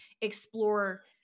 explore